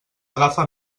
agafa